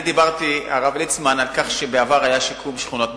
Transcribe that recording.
אני דיברתי על כך שבעבר היה שיקום שכונות.